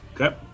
Okay